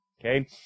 Okay